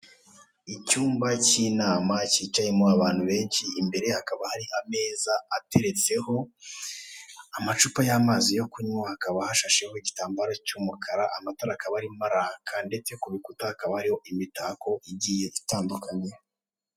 Icyumba cy'inama cyicayemo abantu benshi, imbere hakaba hari ameza ateretseho amacupa y'amazi yo kunywa, hakaba hasasheho igitambaro cy'umukara, amatara akaba arimo araka ndetse ku bikuta hakaba hariho imitako igiye itandukanye.